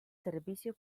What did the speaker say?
servicio